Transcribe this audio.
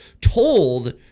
told